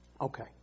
Okay